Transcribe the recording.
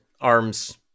arms